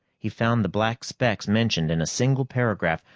he found the black specks mentioned in a single paragraph,